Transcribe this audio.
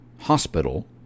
hospital